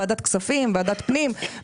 ועדת כספים, ועדת פנים?